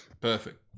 perfect